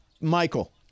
Michael